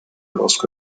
lorsque